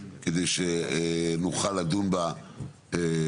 כדי שנוכל לדון בה בקרוב.